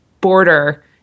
border